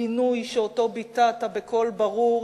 גינוי שאותו ביטאת בקול ברור,